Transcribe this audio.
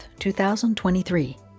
2023